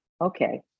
okay